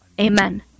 Amen